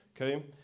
okay